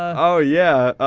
um oh, yeah,